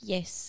Yes